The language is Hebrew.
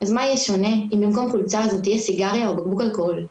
אז מה יהיה שונה אם במקום חולצה זאת תהיה סיגריה או בקבוק אלכוהול?